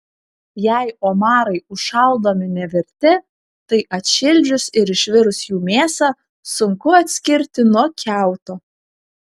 jei omarai užšaldomi nevirti tai atšildžius ir išvirus jų mėsą sunku atskirti nuo kiauto